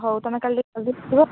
ହଉ ତୁମେ କାଲି କାଲି ଯିବ